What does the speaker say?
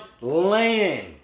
land